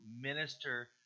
minister